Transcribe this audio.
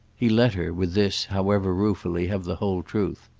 he let her, with this, however ruefully, have the whole truth.